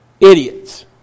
idiots